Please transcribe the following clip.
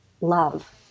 love